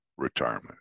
retirement